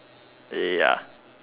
ya